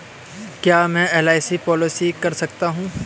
क्या मैं LIC policy कर सकता हूं?